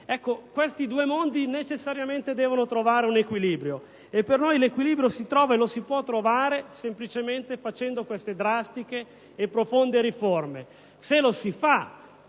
Questi due mondi devono necessariamente trovare un equilibrio e per noi l'equilibrio lo si può trovare semplicemente facendo queste drastiche e profonde riforme.